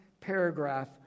paragraph